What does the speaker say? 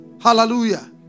hallelujah